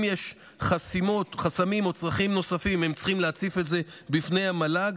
אם יש חסמים או צרכים נוספים הם צריכים להציף את זה בפני המל"ג,